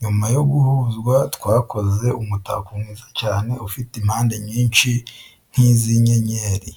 nyuma yo guhuzwa twakoze umutako mwiza cyane ufite impande nyinshi nk'izi' inyenyeri.